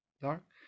dark